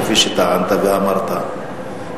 כפי שטענת ואמרת,